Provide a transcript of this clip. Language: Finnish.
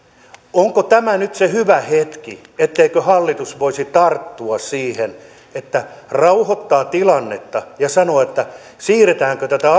onko tämä nyt se hyvä hetki että hallitus voisi tarttua siihen rauhoittaa tilannetta ja sanoa että siirretäänkö tätä